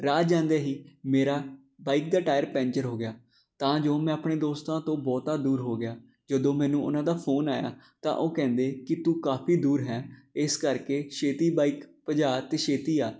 ਰਾਹ ਜਾਂਦੇ ਹੀ ਮੇਰਾ ਬਾਈਕ ਦਾ ਟਾਇਰ ਪੈਂਚਰ ਹੋ ਗਿਆ ਤਾਂ ਜੋ ਮੈਂ ਆਪਣੇ ਦੋਸਤਾਂ ਤੋਂ ਬਹੁਤਾ ਦੂਰ ਹੋ ਗਿਆ ਜਦੋਂ ਮੈਨੂੰ ਉਹਨਾਂ ਦਾ ਫੋਨ ਆਇਆ ਤਾਂ ਉਹ ਕਹਿੰਦੇ ਕਿ ਤੂੰ ਕਾਫੀ ਦੂਰ ਹੈ ਇਸ ਕਰਕੇ ਛੇਤੀ ਬਾਈਕ ਭਜਾ ਅਤੇ ਛੇਤੀ ਆ